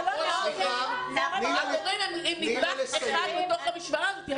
המורים הם נדבך אחד בתוך המשוואה הזו,